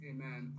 Amen